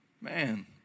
Man